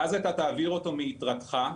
ואז תעביר אותו מיתרתך.